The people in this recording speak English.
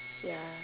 ya